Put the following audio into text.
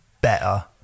better